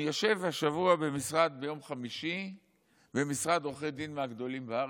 אני יושב השבוע ביום חמישי במשרד עורכי דין מהגדולים בארץ,